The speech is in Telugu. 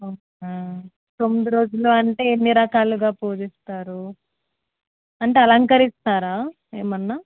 తొమ్మిది రోజులు అంటే ఎన్ని రకాలుగా పూజిస్తారు అంటే అలంకరిస్తారా ఏమన్నా